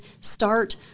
start